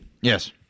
Yes